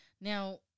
Now